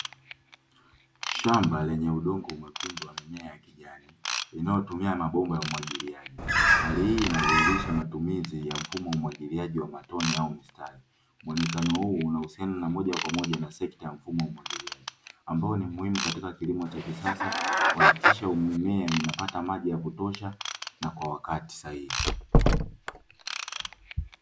Shamba lenye udongo mwekundu wa mimea ya kijani inayotumia mabomba ya umwagiliaji, hali hii inadhihirisha matumizi ya mfumo wa umwagiliaji wa matone au mistari. Muonekano huu unahusiana na moja kwa moja na sekta ya mfumo wa umwagiliaji ambao ni muhimu katika kilimo cha kisasa kuhakikisha mimea inapata maji ya kutosha na kwa wakati sahihi.